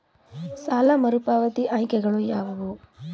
ಸಾಲ ಮರುಪಾವತಿ ಆಯ್ಕೆಗಳು ಯಾವುವು?